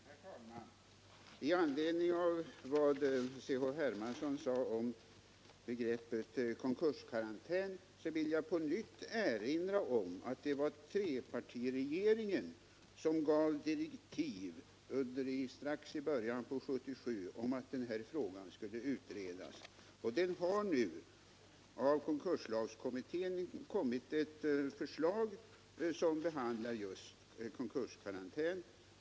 Herr talman! I anledning av Carl-Henrik Hermansson sade om begreppet konkurskarantän vill jag på nytt erinra om att det var trepartiregeringen som gav direktiv, alldeles i början av 1977, om att den här frågan skulle utredas. Konkurslagskommittén har nu lagt fram ett förslag, som behandlar just konkurskarantän.